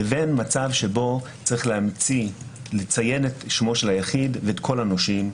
לבין מצב שבו צריך לציין את שמו של היחיד ואת כל הנושים.